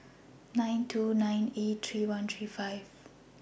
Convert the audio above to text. nine two nine eight three one three five